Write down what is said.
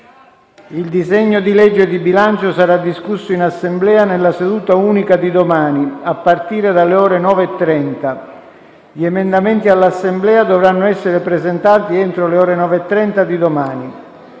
Il disegno di legge di bilancio sarà discusso in Assemblea nella seduta unica di domani, a partire dalle ore 9,30. Gli emendamenti all'Assemblea dovranno essere presentati entro le ore 9,30 di domani.